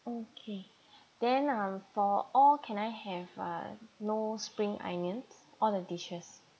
okay then um for all can I have uh no spring onions all the dishes